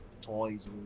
toys